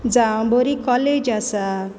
जावं बरी कॉलेज आसा